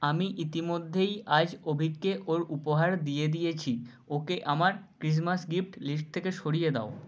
আমি ইতিমধ্যেই আজ অভিককে ওর উপহার দিয়ে দিয়েছি ওকে আমার ক্রিসমাস গিফ্ট লিস্ট থেকে সরিয়ে দাও